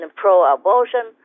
pro-abortion